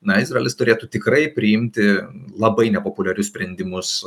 na izraelis turėtų tikrai priimti labai nepopuliarius sprendimus